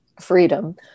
freedom